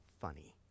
funny